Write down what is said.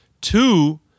two